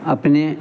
अपने